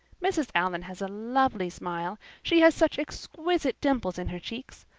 mrs. allan has a lovely smile she has such exquisite dimples in her cheeks.